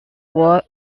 were